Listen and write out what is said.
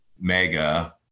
Mega